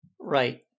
Right